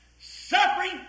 Suffering